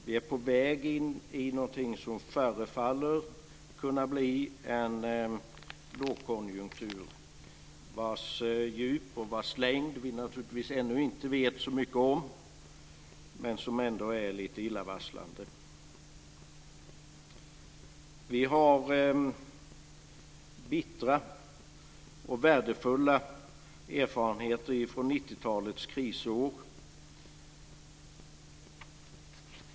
Vi är på väg in i någonting som förefaller kunna bli en lågkonjunktur vars djup och längd vi naturligtvis ännu inte vet så mycket om, men som ändå är lite illavarslande. Vi har bittra och värdefulla erfarenheter från 90 talets krisår.